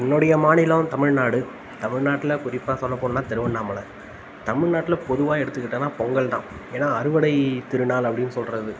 என்னுடைய மாநிலம் தமிழ்நாடு தமிழ்நாட்டில் குறிப்பாக சொல்லப் போகணுன்னா திருவண்ணாமலை தமிழ்நாட்டில் பொதுவாக எடுத்துக்கிட்டேன்னால் பொங்கல் தான் ஏன்னால் அறுவடை திருநாள் அப்படின்னு சொல்கிறது